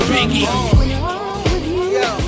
Biggie